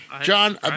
John